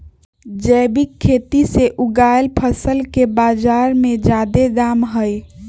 जैविक खेती से उगायल फसल के बाजार में जादे दाम हई